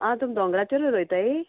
आं तुमी दोंगराचेरूय रोयताय